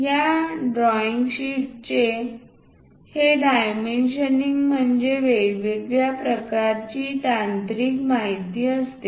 या ड्रॉईंग शीट्सचे हे डायमेंशनिंग म्हणजे वेगवेगळ्या प्रकारची तांत्रिक माहिती असते